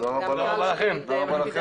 תודה רבה לכם.